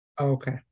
okay